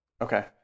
Okay